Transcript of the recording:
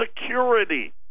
Security